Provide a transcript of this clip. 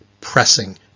pressing